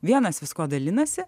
vienas viskuo dalinasi